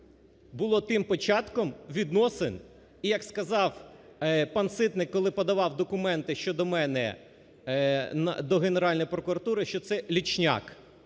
було тим початком відносин і, як сказав пан Ситник, коли подавав документи щодо мене до Генеральної прокуратури, що це "личняк",